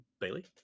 Bailey